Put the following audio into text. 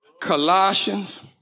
Colossians